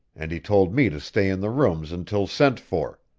and he told me to stay in the rooms until sent for.